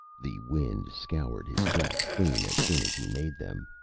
the wind scoured his tracks clean as soon as he made them.